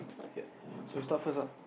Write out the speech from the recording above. ya so you start first lah